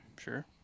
Sure